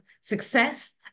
success